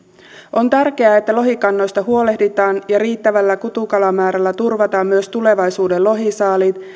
on tärkeää että lohikannoista huolehditaan ja riittävällä kutukalamäärällä turvataan myös tulevaisuuden lohisaaliit